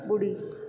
ॿुड़ी